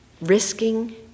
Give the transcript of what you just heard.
risking